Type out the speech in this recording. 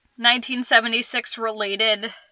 1976-related